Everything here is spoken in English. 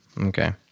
okay